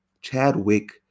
Chadwick